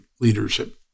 leadership